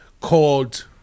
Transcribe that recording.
called